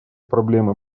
проблемы